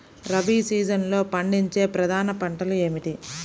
రబీ సీజన్లో పండించే ప్రధాన పంటలు ఏమిటీ?